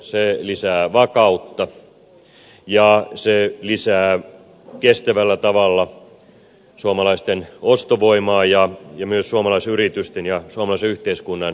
se lisää vakautta ja se lisää kestävällä tavalla suomalaisten ostovoimaa ja myös suomalaisyritysten ja suomalaisen yhteiskunnan kilpailukykyä